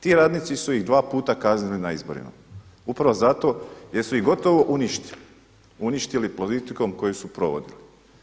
Ti radnici su ih dva puta kaznili na izborima upravo zato jer su ih gotovo uništili, uništili politikom koju su provodili.